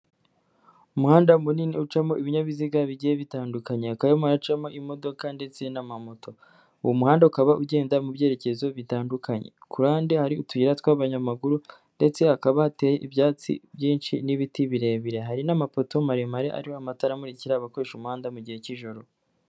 Umuhanda munini ucamo ibinyabiziga bigiye bitandukanye. Hakaba harimo haracamo imodoka ndetse n'amamoto. Uwo muhanda ukaba ugenda mu byerekezo bitandukanye. Ku ruhande hari utuyira tw'abanyamaguru ndetse hakaba hateye ibyatsi byinshi n'ibiti birebire. Hari n'amapoto maremare ariho amatara amurikira abakoresha umuhanda mu gihe cy'ijoro.